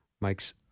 Mike's